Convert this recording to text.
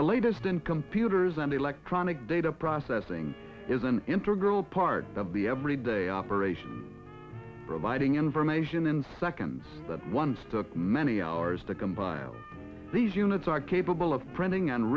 the latest in computers and electronic data processing is an integral part of the everyday operation providing information in seconds that once took many hours to compile these units are capable of printing and